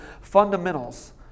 fundamentals